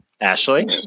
Ashley